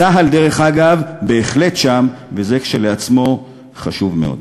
צה"ל, דרך אגב, בהחלט שם, וזה כשלעצמו חשוב מאוד.